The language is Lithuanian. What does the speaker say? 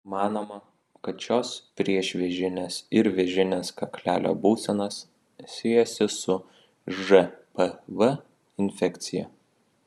manoma kad šios priešvėžinės ir vėžinės kaklelio būsenos siejasi su žpv infekcija